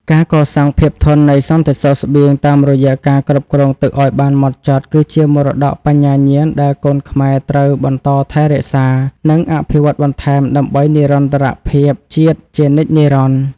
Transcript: ការកសាងភាពធន់នៃសន្តិសុខស្បៀងតាមរយៈការគ្រប់គ្រងទឹកឱ្យបានហ្មត់ចត់ គឺជាមរតកបញ្ញាញាណដែលកូនខ្មែរត្រូវបន្តថែរក្សា និងអភិវឌ្ឍបន្ថែមដើម្បីនិរន្តរភាពជាតិជានិច្ចនិរន្តរ៍។